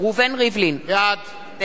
(קוראת בשמות חברי הכנסת) דוד